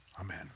Amen